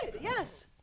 yes